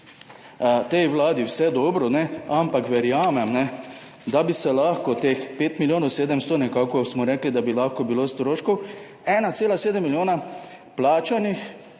želim vse dobro, ampak verjamem, da bi se lahko teh 5 milijonov 700, kolikor smo nekako rekli, da bi lahko bilo stroškov – 1,7 milijona plačanih